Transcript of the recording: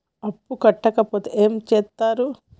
అప్పు కట్టకపోతే ఏమి చేత్తరు?